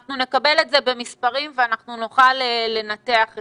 אנחנו נקבל את זה במספרים ואנחנו נוכל לנתח את זה.